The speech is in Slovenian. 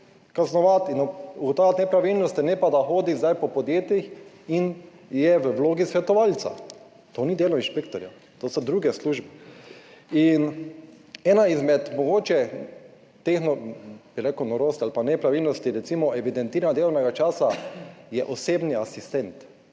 kaznovati in ugotavljati nepravilnosti, ne pa da hodi zdaj po podjetjih in je v vlogi svetovalca? To ni delo inšpektorja, to so druge službe. Mogoče ena izmed teh, bi rekel, norosti ali pa nepravilnosti je recimo evidentiranje delovnega časa osebnega asistenta,